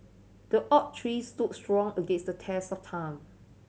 the oak tree stood strong against the test of time